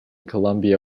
columbia